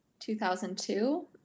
2002